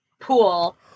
pool